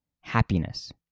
happiness